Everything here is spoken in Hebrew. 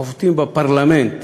חובטים בפרלמנט